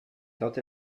tot